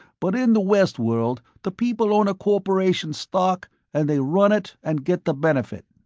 but in the west-world, the people own a corporation's stock and they run it and get the benefit.